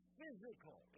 physical